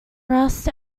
rust